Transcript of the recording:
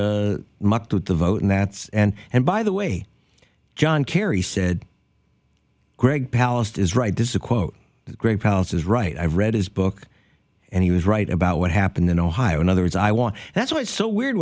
to the vote and that's and and by the way john kerry said greg palast is right this is a quote great pounces right i've read his book and he was right about what happened in ohio in other words i want that's why it's so weird